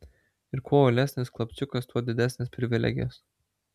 ir kuo uolesnis klapčiukas tuo didesnės privilegijos